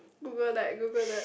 Google that Google that